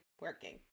Working